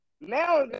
now